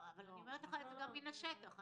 זה בא מן השטח.